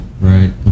right